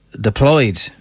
deployed